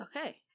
Okay